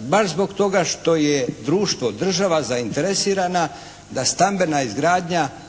baš zbog toga što je društvo, država zainteresirana da stambena izgradnja